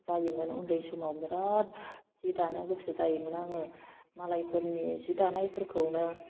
जायोमोन उन्दै समाव बिराद जि दानो गोसो जायोमोन आङो मालायफोरनि जि दानायफोरखौनो